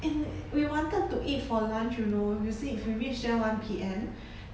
and we wanted to eat for lunch you know you see if we reach there one P_M